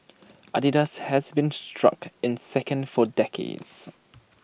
Adidas has been struck in second for decades